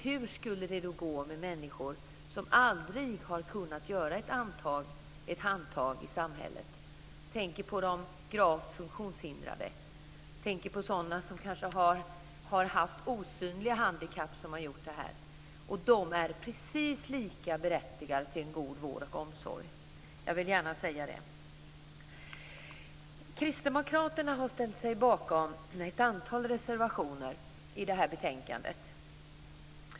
Hur skulle det då gå med människor som aldrig har kunnat göra ett handtag i samhället? Jag tänker då på de gravt funktionshindrade och sådana som haft osynliga handikapp, och de är precis lika berättigade till en god vård och omsorg. Jag vill gärna säga det. Kristdemokraterna har ställt sig bakom ett antal reservationer till det här betänkandet.